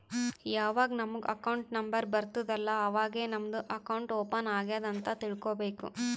ಯಾವಾಗ್ ನಮುಗ್ account number ಬರ್ತುದ್ ಅಲ್ಲಾ ಅವಾಗೇ ನಮ್ದು ಅಕೌಂಟ್ ಓಪನ್ ಆಗ್ಯಾದ್ ಅಂತ್ ತಿಳ್ಕೋಬೇಕು